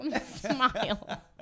Smile